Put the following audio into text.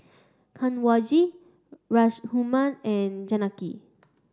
Kanwaljit Raghuram and Janaki